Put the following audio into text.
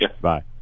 Bye